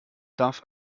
darf